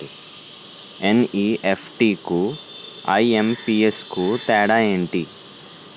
NEFT కు IMPS కు తేడా ఎంటి?